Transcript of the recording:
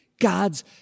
God's